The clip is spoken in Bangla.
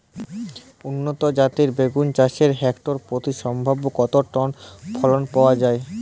উন্নত জাতের বেগুন চাষে হেক্টর প্রতি সম্ভাব্য কত টন ফলন পাওয়া যায়?